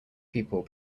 people